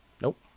nope